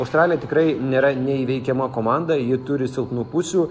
australija tikrai nėra neįveikiama komanda ji turi silpnų pusių